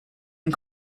and